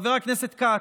חבר הכנסת כץ,